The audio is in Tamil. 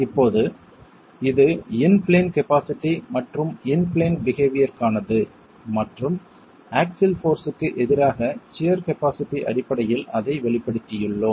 இப்போது இது இன் பிளேன் கபாசிட்டி மற்றும் இன் பிளேன் பிஹேவியர்க்கானது மற்றும் ஆக்ஸில் போர்ஸ்க்கு எதிராக சியர் கபாஸிட்டி அடிப்படையில் அதை வெளிப்படுத்தியுள்ளோம்